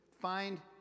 find